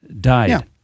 Died